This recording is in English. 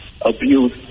abuse